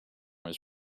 was